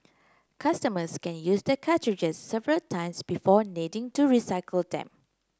customers can use the cartridges several times before needing to recycle them